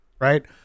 Right